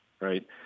right